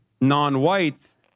non-whites